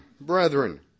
brethren